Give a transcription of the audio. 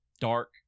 dark